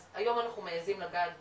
אז היום אנחנו מעזים לגעת בו,